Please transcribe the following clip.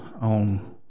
on